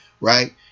right